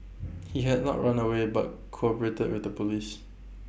he had not run away but cooperated with the Police